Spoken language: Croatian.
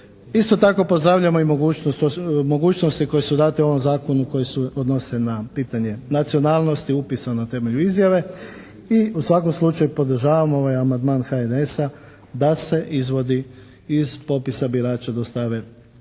Isto tako pozdravljamo i mogućnosti koje su date u ovom zakonu koje se odnose na pitanje nacionalnosti, upisa na temelju izjave i u svakom slučaju podržavamo ovaj amandman HNS-a da se izvodi iz popisa birača dostave svima